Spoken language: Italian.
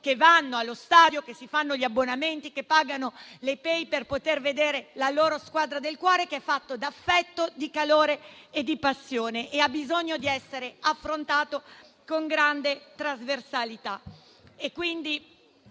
che vanno allo stadio, che fanno gli abbonamenti, che pagano le *Pay* TV per poter vedere la loro squadra del cuore; è fatto d'affetto, di calore e di passione e ha bisogno di essere affrontato con grande trasversalità.